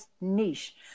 niche